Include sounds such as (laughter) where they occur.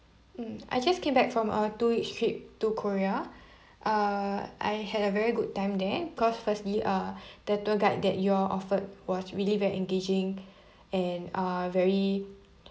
mm I just came back from a two week trip to korea (breath) err I had a very good time there cause firstly uh (breath) the tour guide that you all offered was really very engaging and uh very